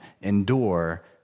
endure